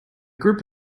group